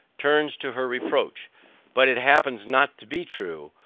turns to her reproach but it happens not to be true,